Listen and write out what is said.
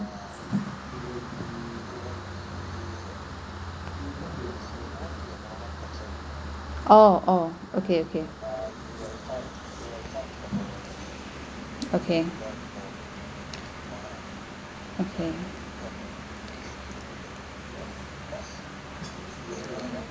oh oh okay okay okay okay